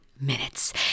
minutes